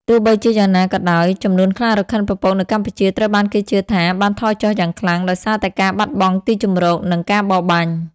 ទោះបីជាយ៉ាងណាក៏ដោយ ចំនួនខ្លារខិនពពកនៅកម្ពុជាត្រូវបានគេជឿថាបានថយចុះយ៉ាងខ្លាំង ដោយសារតែការបាត់បង់ទីជម្រក និងការបរបាញ់។